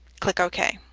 click ok.